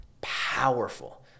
powerful